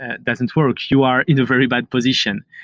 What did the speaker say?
and doesn't work, you are in a very bad position.